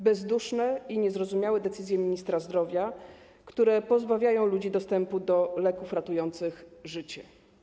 Bezduszne i niezrozumiałe decyzje ministra zdrowia, które pozbawiają ludzi dostępu do leków ratujących życie.